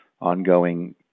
ongoing